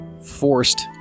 forced